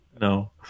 No